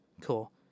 Cool